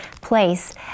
place